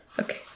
Okay